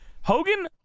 Hogan